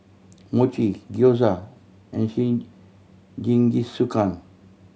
Mochi Gyoza and Jingisukan